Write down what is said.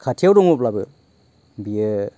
खाथियाव दङब्लाबो बेयो